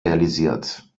realisiert